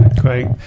Great